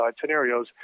scenarios